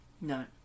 No